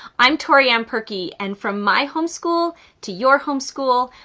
i'm toriann perkey, and from my homeschool to your homeschool,